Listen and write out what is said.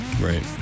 Right